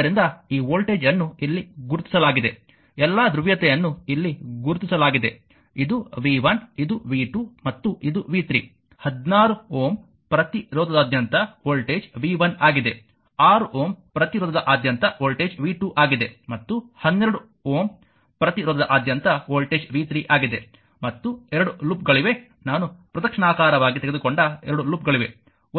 ಆದ್ದರಿಂದ ಈ ವೋಲ್ಟೇಜ್ ಅನ್ನು ಇಲ್ಲಿ ಗುರುತಿಸಲಾಗಿದೆ ಎಲ್ಲಾ ಧ್ರುವೀಯತೆಯನ್ನು ಇಲ್ಲಿ ಗುರುತಿಸಲಾಗಿದೆ ಇದು v 1 ಇದು v 2 ಮತ್ತು ಇದು v 3 16 Ω ಪ್ರತಿರೋಧದಾದ್ಯಂತ ವೋಲ್ಟೇಜ್ v1 ಆಗಿದೆ 6 Ω ಪ್ರತಿರೋಧದಾದ್ಯಂತ ವೋಲ್ಟೇಜ್ v2 ಆಗಿದೆ ಮತ್ತು 12 Ω ಪ್ರತಿರೋಧದಾದ್ಯಂತ ವೋಲ್ಟೇಜ್ v3 ಆಗಿದೆ ಮತ್ತು ಎರಡು ಲೂಪ್ಗಳಿವೆ ನಾನು ಪ್ರದಕ್ಷಿಣಾಕಾರವಾಗಿ ತೆಗೆದುಕೊಂಡ 2 ಲೂಪ್ಗಳಿವೆ